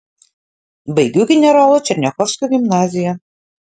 baigiu generolo černiachovskio gimnaziją